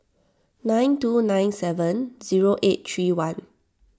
nine two nine seven zero eight three one